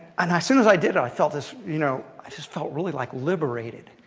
and as soon as i did, i felt this, you know i just felt really like liberated.